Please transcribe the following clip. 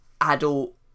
adult-